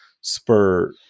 spur